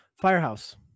Firehouse